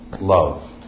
love